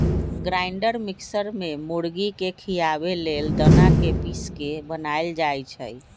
grinder mixer में मुर्गी के खियाबे लेल दना के पिस के बनाएल जाइ छइ